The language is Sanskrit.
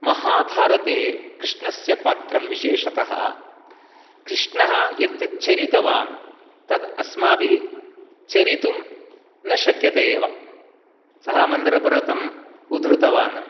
महाभारते कृष्णस्य पात्रं विशेषतः कृष्णः यत् यत् चरितवान् तद् अस्माभिः चरितुं न शक्यते एव सः मन्दरपर्वतम् उद्धृतवान्